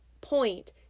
point